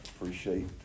Appreciate